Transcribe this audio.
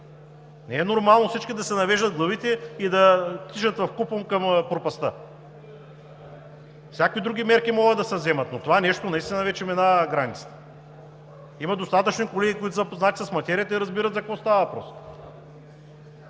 Не е нормално всички да си навеждат главите и да тичат вкупом към пропастта. Всякакви други мерки могат да се вземат, но това нещо наистина вече минава границата. Има достатъчно колеги, които са запознати с материята и разбират за какво става въпрос.